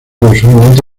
usualmente